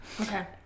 Okay